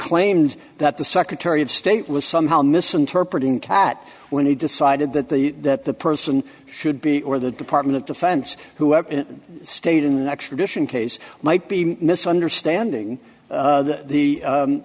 claimed that the secretary of state was somehow misinterpreting kat when he decided that the that the person should be or the department of defense who stayed in the extradition case might be misunderstanding the